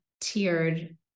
tiered